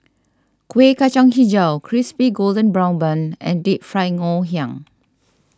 Kueh Kacang HiJau Crispy Golden Brown Bun and Deep Fried Ngoh Hiang